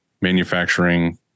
manufacturing